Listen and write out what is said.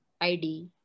ID